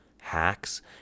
hacks